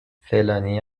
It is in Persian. فلانی